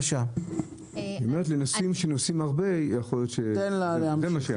היא אומרת שלנוסעים שנוסעים הרבה יכול להיות שזה משתלם.